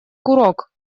курок